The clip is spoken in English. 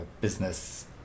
business